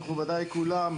מבחינתנו.